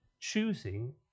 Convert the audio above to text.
choosing